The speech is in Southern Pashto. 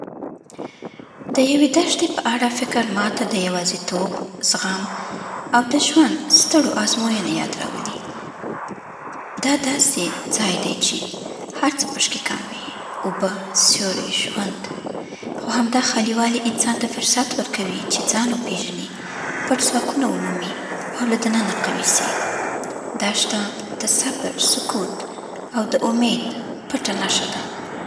د یوې دښته په اړه فکر ما ته د یوازیتوب، زغم، او د ژوند سترو ازموینو یاد راولي. دا داسې ځای دی چې هر څه پشکی کم وي، اوبه، سیوري، ژوند؛ خو همدا خالي والی انسان ته فرصت ورکوي چې ځان وپېژني، پټ ځواکونه ومومي، او له دننه قوي سي. دښته د صبر، سکوت، او د امید پټه نښه ده.